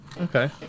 Okay